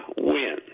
win